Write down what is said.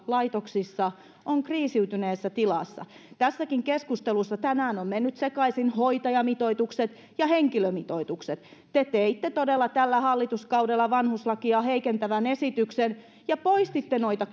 laitoksissa on kriisiytyneessä tilassa tässäkin keskustelussa tänään on mennyt sekaisin hoitajamitoitukset ja henkilömitoitukset te teitte todella tällä hallituskaudella vanhuslakia heikentävän esityksen ja poistitte noita